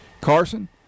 Carson